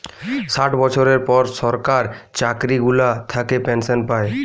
ষাট বছরের পর সরকার চাকরি গুলা থাকে পেনসন পায়